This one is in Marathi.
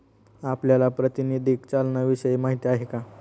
आपल्याला प्रातिनिधिक चलनाविषयी माहिती आहे का?